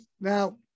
Now